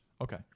Okay